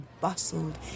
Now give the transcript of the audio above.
bustled